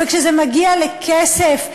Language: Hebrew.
וכשזה מגיע לכסף,